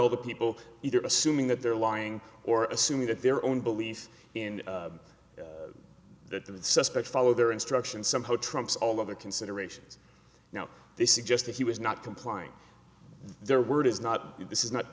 the people either assuming that they're lying or assuming that their own belief in that the suspect follow their instructions somehow trumps all other considerations now they suggest that he was not complying their word is not this is not